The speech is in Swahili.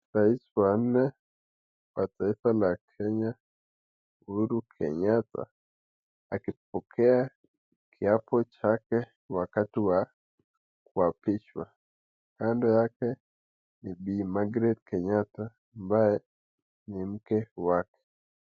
Rais wa nne wa taifa la kenya Uhuru Kenyatta akipokea kiapo chake wakati wa kuapishwa. Kando yake ni Bi Margret Kenyatta ambaye ni mke wake.